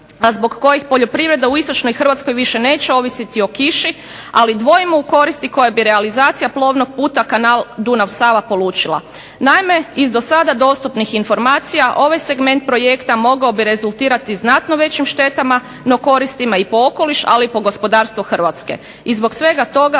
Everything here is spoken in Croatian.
a zbog kojih poljoprivreda u istočnoj Hrvatskoj više neće ovisiti o kiši, ali dvojimo o koristi koja bi realizacija plovnog puta kanal Dunav – Sava polučila. Naime, iz do sada dostupnih informacija ovaj segment projekta mogao bi rezultirati znatno većim štetama no koristima i po okoliš, ali i po gospodarstvo Hrvatske. I zbog svega toga